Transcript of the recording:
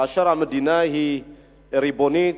כאשר המדינה היא ריבונית,